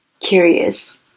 curious